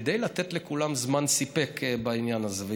כדי לתת לכולם זמן מספיק בעניין הזה.